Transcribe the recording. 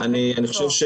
אני חושב,